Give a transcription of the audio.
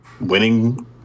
winning